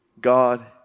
God